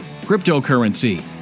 cryptocurrency